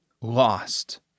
lost